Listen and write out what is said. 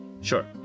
sure